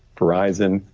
horizon,